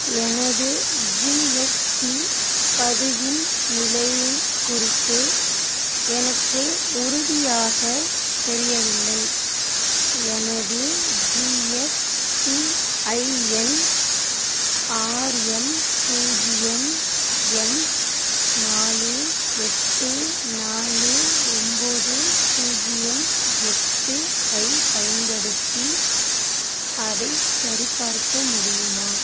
எனது ஜிஎஸ்டி பதிவின் நிலையை குறித்து எனக்கு உறுதியாக தெரியவில்லை எனது ஜிஎஸ்டிஐஎன் ஆர்எம் பூஜ்ஜியம் எம் நாலு எட்டு நாலு ஒம்பது பூஜ்ஜியம் எட்டு ஐப் பயன்படுத்தி அதைச் சரிப்பார்க்க முடியுமா